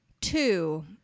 two